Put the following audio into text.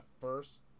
first